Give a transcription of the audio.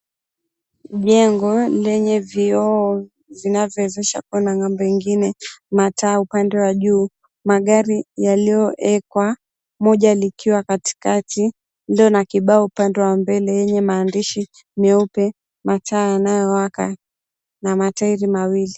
Jengo lenye vioo zinazowezesha kuona ng'ambo ingine, mataa upande wa juu. Magari yaliyoekwa, moja likiwa katikati lililo na kibao upande wa mbele yenye maandishi meupe, mataa yanayowaka na matairi mawili.